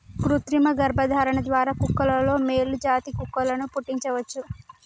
కృతిమ గర్భధారణ ద్వారా కుక్కలలో మేలు జాతి కుక్కలను పుట్టించవచ్చు